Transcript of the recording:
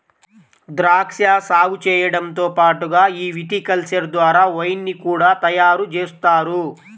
ద్రాక్షా సాగు చేయడంతో పాటుగా ఈ విటికల్చర్ ద్వారా వైన్ ని కూడా తయారుజేస్తారు